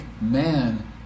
man